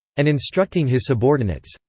and instructing his subordinates,